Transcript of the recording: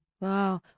Wow